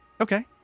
okay